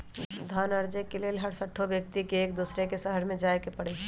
धन अरजे के लेल हरसठ्हो व्यक्ति के एक दोसर के शहरमें जाय के पर जाइ छइ